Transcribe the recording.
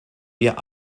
wir